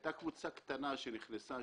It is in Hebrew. הייתה קבוצה קטנה שנכנסה,